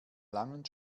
langen